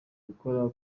gukora